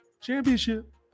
Championship